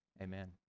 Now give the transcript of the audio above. amen